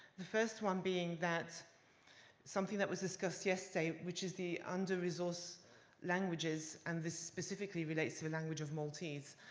the first one being that something that was discussed yesterday, which is the underresourced languages and the specifically relates to the language of maltese.